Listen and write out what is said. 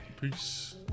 peace